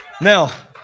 Now